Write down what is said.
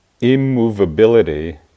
immovability